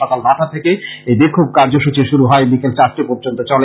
সকাল নটা থেকে এই বিক্ষোভ কার্যসূচী শুরু হয়ে বিকেল চারটে পর্য্যন্ত চলে